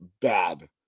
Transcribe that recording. bad